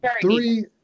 Three